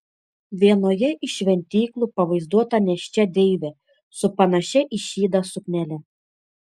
vienoje iš šventyklų pavaizduota nėščia deivė su panašia į šydą suknele